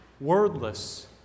wordless